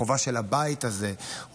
החובה של הבית הזה,